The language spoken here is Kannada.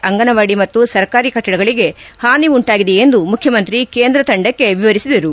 ಅಂಗನವಾಡಿ ಮತ್ತು ಸರ್ಕಾರಿ ಕಟ್ಟಡಗಳಗೆ ಹಾನಿ ಉಂಟಾಗಿದೆ ಎಂದು ಮುಖ್ಯಮಂತ್ರಿ ಕೇಂದ್ರ ತಂಡಕ್ಕೆ ವಿವರಿಸಿರು